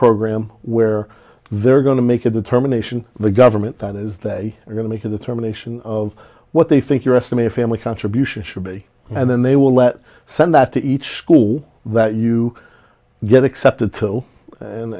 program where they're going to make a determination the government that is they are going to make a determination of what they think your estimate family contribution should be and then they will let send that to each school that you get accepted to and